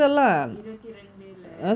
so இருவத்திரெண்டுல:iruvathirendula